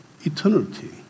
eternity